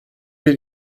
bir